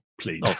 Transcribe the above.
please